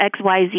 XYZ